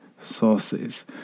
sources